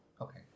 Okay